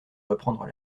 reprendre